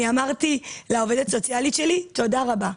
אני אמרתי לעובדת הסוציאלית שלי תודה רבה.